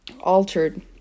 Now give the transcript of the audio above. altered